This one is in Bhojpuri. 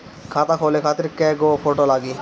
खाता खोले खातिर कय गो फोटो लागी?